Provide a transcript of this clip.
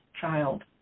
child